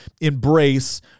embrace